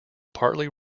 partly